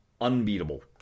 unbeatable